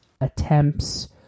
attempts